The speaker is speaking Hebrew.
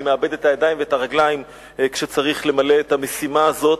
אני מאבד את הידיים והרגליים כשצריך למלא את המשימה הזאת,